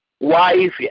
wife